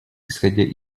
исходя